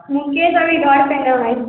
मुकेश अभी घर से गलै